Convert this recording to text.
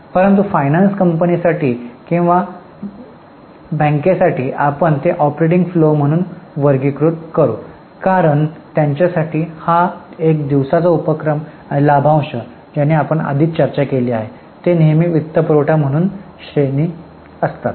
परंतु finance company साठी किंवा बँकेसाठी आपण ते ऑपरेटिंग फ्लो म्हणून वर्गीकृत करू कारण त्यांच्यासाठी हा एक दिवसाचा उपक्रम आणि लाभांश ज्याने आपण आधीच चर्चा केली आहे ते नेहमी वित्तपुरवठा म्हणून श्रेणी असतात